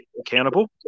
accountable